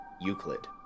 Euclid